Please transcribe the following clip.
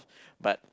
but